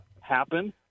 happen